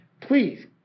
please